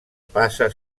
passa